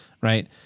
Right